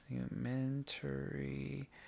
documentary